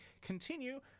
continue